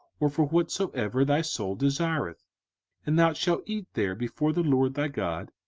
or for whatsoever thy soul desireth and thou shalt eat there before the lord thy god,